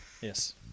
Yes